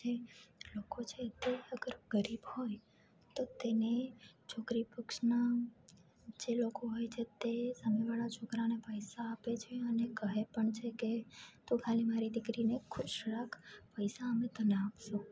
જે લોકો છે તે અગર ગરીબ હોય તો તેને છોકરી પક્ષના જે લોકો હોય છે તે સામે વાળા છોકરાને પૈસા આપે છે અને કહે પણ છે કે તું ખાલી મારી દીકરીને ખુશ રાખ પૈસા અમે તને આપશું